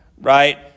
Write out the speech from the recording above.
right